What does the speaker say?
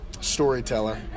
Storyteller